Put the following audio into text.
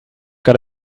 got